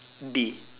day